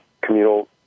communal